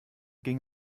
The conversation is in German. ging